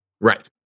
Right